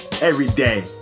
Everyday